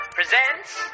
presents